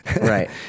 Right